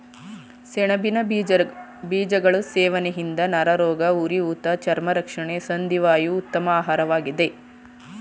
ಸೆಣಬಿನ ಬೀಜಗಳು ಸೇವನೆಯಿಂದ ನರರೋಗ, ಉರಿಊತ ಚರ್ಮ ರಕ್ಷಣೆ ಸಂಧಿ ವಾಯು ಉತ್ತಮ ಆಹಾರವಾಗಿದೆ